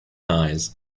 eyes